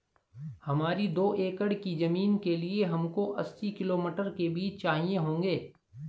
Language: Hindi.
हमारी दो एकड़ की जमीन के लिए हमको अस्सी किलो मटर के बीज चाहिए होंगे